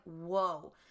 whoa